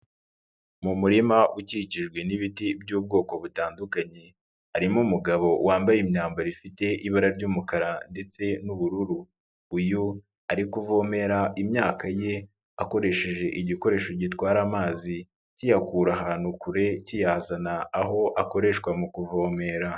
Mu murima ukikijwe n'ibiti by'ubwoko butandukanye, harimo umugabo wambaye imyambaro ifite ibara ry'umukara ndetse n'ubururu, uyu ari kuvomera imyaka ye, akoresheje igikoresho gitwara amazi, kiyakura ahantu kure kiyazana aho akoreshwa mu kuvomera.